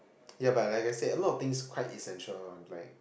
ya but I can see a lot of things quite essential one black